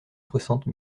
soixante